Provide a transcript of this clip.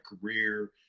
career